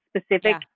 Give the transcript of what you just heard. specific